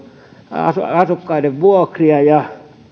asukkaiden vuokria ja